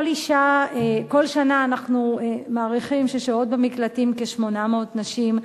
אנחנו מעריכים שכל שנה שוהות במקלטים כ-800 נשים.